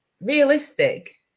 realistic